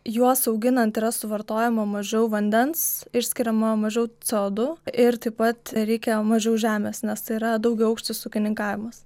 juos auginant yra suvartojama mažiau vandens išskiriama mažiau co du ir taip pat reikia mažiau žemės nes tai yra daugiaaukštis ūkininkavimas